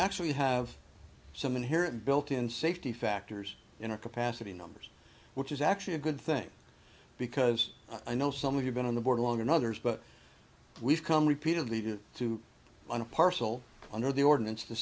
actually have some inherent built in safety factors in our capacity numbers which is actually a good thing because i know some of you've been on the board long and others but we've come repeatedly to to on a parcel under the ordinance to